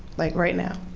like right now?